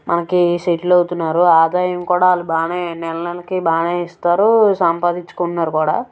మనకి సెటిల్ అవుతున్నారు ఆదాయం కూడా వాళ్ళు బాగానే నెల నెలకి బాగానే ఇస్తారు సంపాదించుకుంటున్నారు కూడా